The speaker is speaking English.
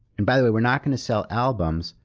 and by the way we're not going to sell albums.